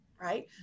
right